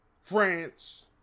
France